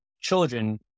children